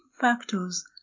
factors